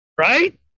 right